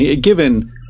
given